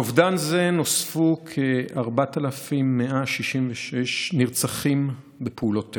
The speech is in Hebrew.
לאובדן זה נוספו כ-4,166 נרצחים בפעולות טרור.